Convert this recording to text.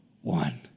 one